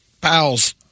pals